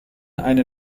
eine